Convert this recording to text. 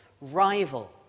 rival